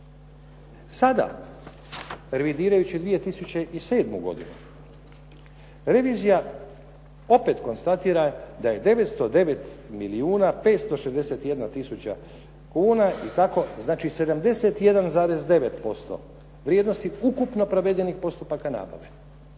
Sada revidirajući 2007. godinu revizija opet konstatira da je 909 milijuna 561 tisuća kuna i tako, znači 71,9% vrijednosti ukupno provedenih postupaka nabave